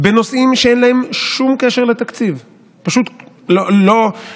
בנושאים שאין להם שום קשר לתקציב, פשוט לא.